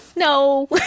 No